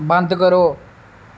बंद करो